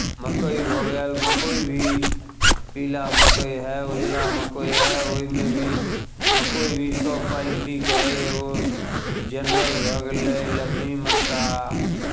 मक्कइ भऽ गेल मक्कइ भी पीला मक्कइ हए उजरा मक्कइ हए ओहिमे भी मक्कइ भी सभ क्वालिटीके हए एगो जनरल भऽ गेलै लक्ष्मी मक्का